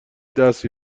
دست